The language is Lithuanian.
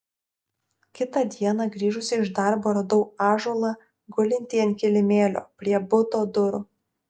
kitą dieną grįžusi iš darbo radau ąžuolą gulintį ant kilimėlio prie buto durų